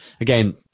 again